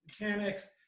mechanics